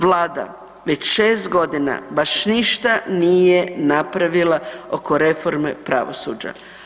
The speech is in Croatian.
Vlada već 6 godina baš ništa nije napravila oko reforme pravosuđa.